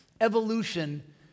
Evolution